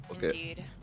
indeed